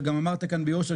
וגם אמרת כאן ביושר,